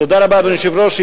תודה רבה, אדוני היושב-ראש.